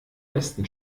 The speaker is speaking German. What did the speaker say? besten